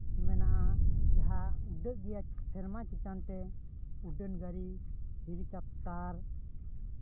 ᱡᱮᱢᱚᱱ ᱢᱮᱱᱟᱜᱼᱟ ᱩᱰᱟᱹᱜ ᱜᱮᱭᱟ ᱥᱮᱨᱢᱟ ᱪᱮᱛᱟᱱᱛᱮ ᱩᱰᱟᱹᱱᱜᱟᱹᱲᱤ ᱦᱮᱞᱤᱠᱮᱯᱴᱟᱨ